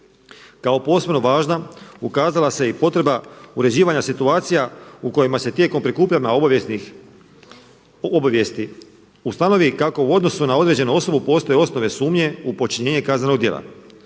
Kao posebno važna ukazala se i potreba uređivanja situacija u kojima se tijekom prikupljanja obavijesti ustanovi kako u odnosu na određenu osobu postoje osnovne sumnje u počinjenje kaznenog djela.